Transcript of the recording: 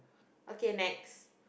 okay next